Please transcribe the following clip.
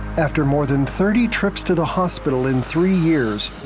after more than thirty trips to the hospital in three years,